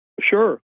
Sure